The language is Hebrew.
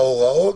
הגבלות,